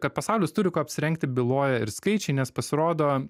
kad pasaulis turi kuo apsirengti byloja ir skaičiai nes pasirodo